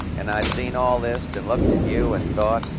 and i've seen all this and looked at you and thought,